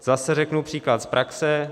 Zase řeknu příklad z praxe.